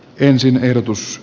ensin verotus